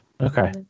okay